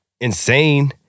Insane